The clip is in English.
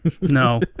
No